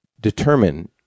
determine